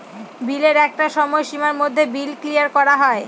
বিলের একটা সময় সীমার মধ্যে বিল ক্লিয়ার করা হয়